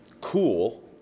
cool